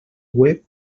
web